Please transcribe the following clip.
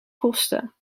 kosten